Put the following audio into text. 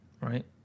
right